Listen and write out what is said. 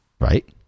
Right